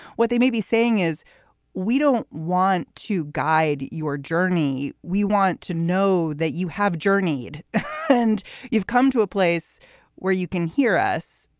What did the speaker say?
what they may be saying is we don't want to guide your journey. we want to know that you have journeyed and you've come to a place where you can hear us.